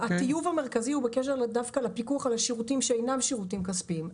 הטיוב המרכזי הוא דווקא בקשר לפיקוח על השירותים שאינם שירותים כספיים.